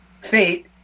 fate